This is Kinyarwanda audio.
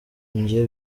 njye